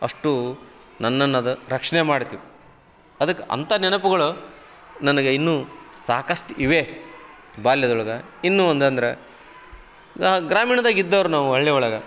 ಅಷ್ಟು ನನ್ನನ್ನ ಅದು ರಕ್ಷಣೆ ಮಾಡ್ತಿತ್ತು ಅದಕ್ಕೆ ಅಂಥಾ ನೆನಪುಗಳ ನನಗೆ ಇನ್ನು ಸಾಕಷ್ಟು ಇವೆ ಬಾಲ್ಯದೊಳಗ ಇನ್ನು ಒಂದಂದ್ರ ನಾವು ಗ್ರಾಮೀಣ್ದಾಗ ಇದ್ದವ್ರು ನಾವು ಹಳ್ಳಿ ಒಳಗೆ